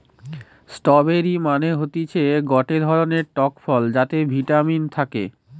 strawberry মানে হতিছে গটে ধরণের টক ফল যাতে ভিটামিন থাকে